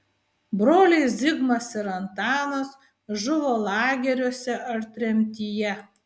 broliai zigmas ir antanas žuvo lageriuose ar tremtyje